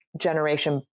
generation